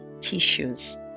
tissues